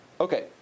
Okay